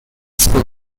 school